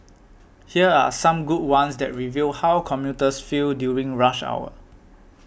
here are some good ones that reveal how commuters feel during rush hour